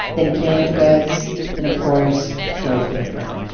then canned goods and, of course, toilet paper.